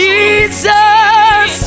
Jesus